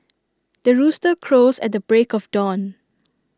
the rooster crows at the break of dawn